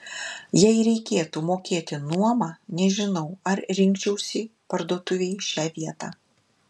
jei reikėtų mokėti nuomą nežinau ar rinkčiausi parduotuvei šią vietą